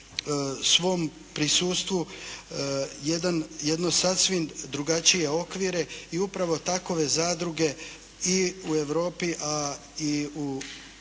svom prisustvu jedno sasvim drugačije okvire i upravo takove zadruge i u Europi a i u